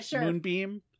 Moonbeam